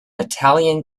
italian